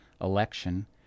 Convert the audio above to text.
Election